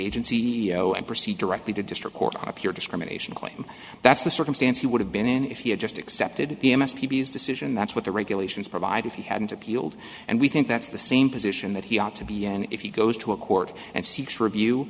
agency and proceed directly to district court up here discrimination claim that's the circumstance he would have been in if he had just accepted the p b s decision that's what the regulations provide if he hadn't appealed and we think that's the same position that he ought to be and if he goes to a court and seeks review